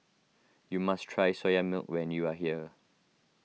you must try Soya Milk when you are here